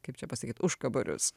kaip čia pasakyt užkaborius